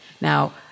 Now